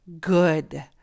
good